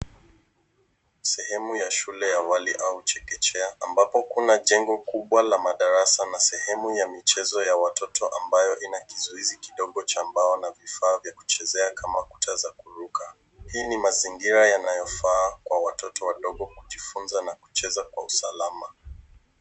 Sehemu ya shule ya awali au chekechea ambapo kuna jengo kubwa la madarasa na sehemu ya michezo ya watoto ambayo ina kizuizi kidogo cha mbao na vifaa vya kucheza kama kuta za kuruka . Hii ni mazingira yanayofaa kwa watoto wadogo kujifunza na kucheza kwa usalama.